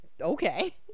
okay